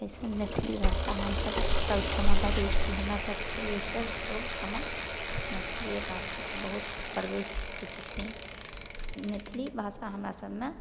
ओहिसे मैथिली भाषा हमसभ सबठाम बजै छी हमरासभ प्रवेसर सबठाम मैथिलिए भाषाके बहुत प्रयोस करै छथिन मैथिली भाषा हमरासभमे